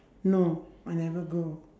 no I never go